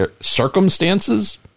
circumstances